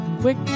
quick